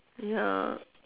ya